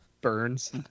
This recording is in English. burns